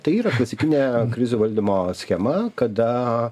tai yra klasikinė krizių valdymo schema kada